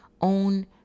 own